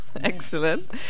Excellent